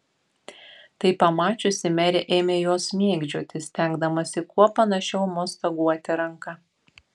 tai pamačiusi merė ėmė juos mėgdžioti stengdamasi kuo panašiau mostaguoti ranka